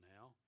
now